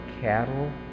cattle